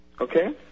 Okay